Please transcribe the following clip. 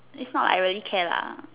it's not like I really care lah